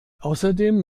außerdem